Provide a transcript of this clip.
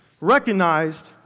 recognized